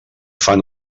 fan